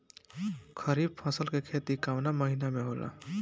खरीफ फसल के खेती कवना महीना में होला?